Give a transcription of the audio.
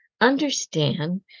understand